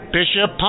Bishop